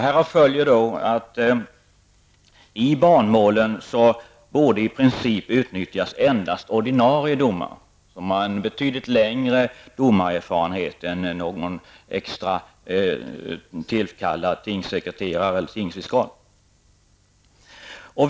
Härav följer att det i barnmålen i princip endast borde utnyttjas ordinarie domare. De har en betydligt längre domarerfarenhet än någon extra tillkallad tingssekreterare eller tingsfiskal.